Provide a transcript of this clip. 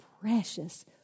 precious